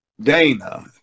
Dana